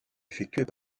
effectués